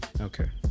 Okay